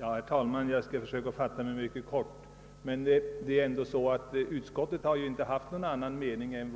Herr talman! Jag skall försöka fatta mig mycket kort. Utskottet har inte haft någon annan mening än